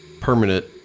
permanent